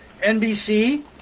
NBC